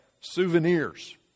souvenirs